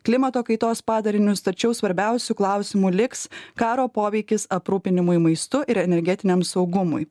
klimato kaitos padarinius tačiau svarbiausiu klausimu liks karo poveikis aprūpinimui maistu ir energetiniam saugumui